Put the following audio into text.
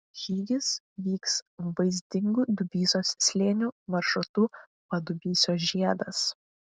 žygis vyks vaizdingu dubysos slėniu maršrutu padubysio žiedas